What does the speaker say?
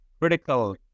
critical